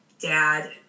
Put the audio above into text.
Dad